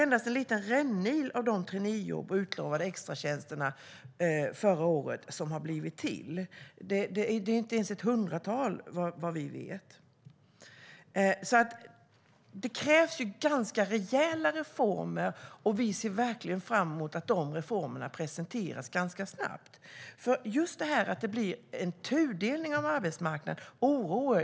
Endast en liten rännil av de traineejobb och extratjänster som utlovades förra året har blivit till. Det är inte ens ett hundratal, vad vi vet. Det krävs ganska rejäla reformer, och vi ser verkligen fram emot att de reformerna presenteras ganska snabbt. Nu blir det en tudelning av arbetsmarknaden och en oro.